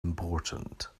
important